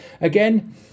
Again